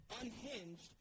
unhinged